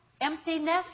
emptiness